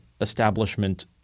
establishment